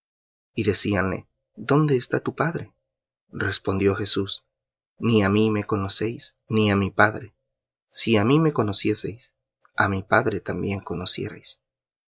y decíanle dónde está tu padre respondió jesús ni á mí me conocéis ni á mi padre si á mí me conocieseis á mi padre también